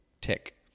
tick